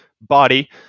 body